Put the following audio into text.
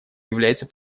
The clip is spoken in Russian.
является